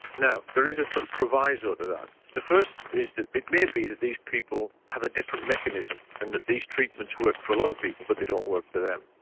now there is a sort of proviso to that the first is that it may be that these people have a different mechanism and that these treatments work for a lot of people but they don't work for but them.